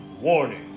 warning